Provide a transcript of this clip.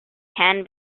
can